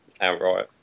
outright